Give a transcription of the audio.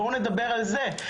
בואו נדבר על זה.